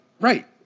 right